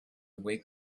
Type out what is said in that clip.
wake